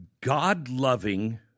God-loving